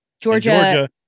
Georgia